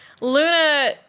Luna